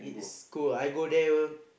is cold lah I go there